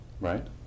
Right